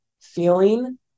feeling